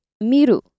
miru